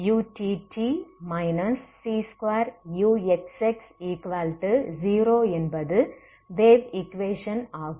utt c2uxx0என்பது wave equation ஆகும்